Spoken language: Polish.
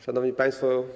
Szanowni Państwo!